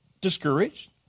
discouraged